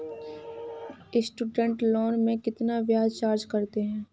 Student loan में कितना ब्याज चार्ज करते हैं?